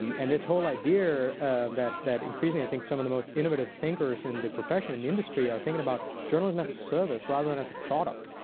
and this whole idea that that increasingly, i think some of the most innovative thinkers in the profession, in the industry, are thinking about journalism as a service rather than as a product.